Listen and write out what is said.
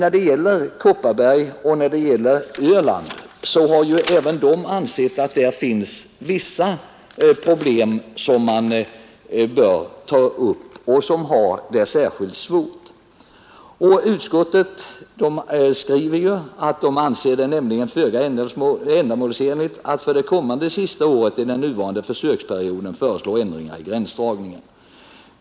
Beträffande Kopparbergs län och Öland har även utskottet ansett att det finns vissa problem som bör tas upp i områden som har det särskilt svårt. Utskottet skriver att det anser det föga ändamålsenligt att för det kommande sista året i den nuvarande försöksperioden föreslå ändringar i gränsdragningen.